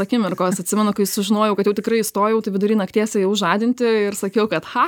akimirkos atsimenu kai sužinojau kad jau tikrai įstojau tai vidury nakties ėjau žadinti ir sakiau kad cha